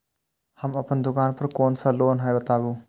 हम अपन दुकान पर कोन सा लोन हैं बताबू?